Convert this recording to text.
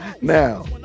now